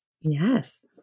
Yes